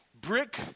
brick